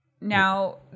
Now